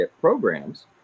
programs